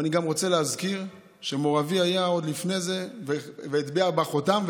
אני גם רוצה להזכיר שמור אבי היה עוד לפני זה והטביע בה חותם,